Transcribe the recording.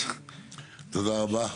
תודה רבה.